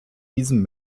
diesem